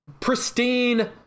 pristine